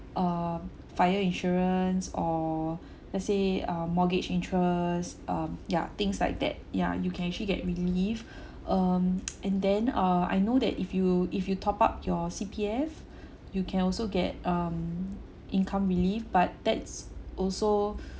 um fire insurance or let's say uh mortgage interest um ya things like that ya you can actually get relief um and then uh I know that if you if you top up your C_P_F you can also get um income relief but that's also